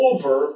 Over